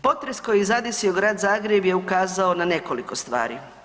Potres koji je zadesio Grad Zagreb je ukazao na nekoliko stvari.